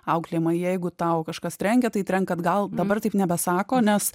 auklėjimą jeigu tau kažkas trenkė tai trenk atgal dabar taip nebesako nes